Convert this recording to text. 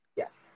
Yes